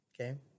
Okay